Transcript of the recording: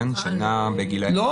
שנעה --- לא,